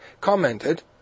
commented